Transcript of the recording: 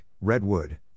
Redwood